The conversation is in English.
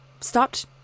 stopped